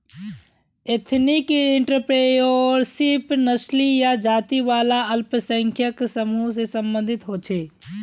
ethnic entrepreneurship नस्ली या जाती वाला अल्पसंख्यक समूह से सम्बंधित होछे